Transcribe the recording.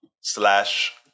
slash